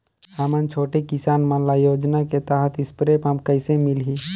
हमन छोटे किसान मन ल योजना के तहत स्प्रे पम्प कइसे मिलही?